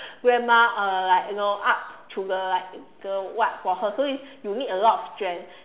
grandma uh like you know up to the like the what for her so you you need a lot of strength